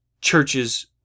churches